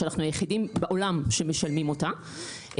שאנחנו היחידים בעולם שמשלמים אותה.